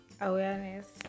awareness